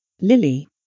Lily